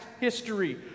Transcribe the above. history